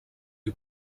who